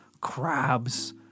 crabs